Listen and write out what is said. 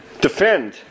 defend